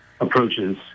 approaches